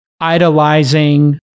idolizing